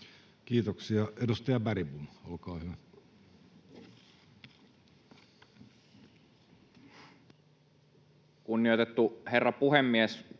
Kiitoksia. — Edustaja Bergbom, olkaa hyvä. Kunnioitettu herra puhemies!